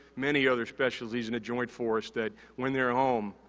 many other specialties in the joint force that, when they're home,